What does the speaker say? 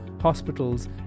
hospitals